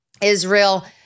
Israel